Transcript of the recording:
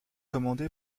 commandé